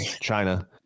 China